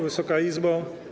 Wysoka Izbo!